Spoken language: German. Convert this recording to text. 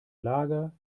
lager